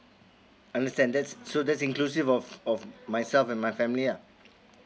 understand that's so that's inclusive of of myself and my family lah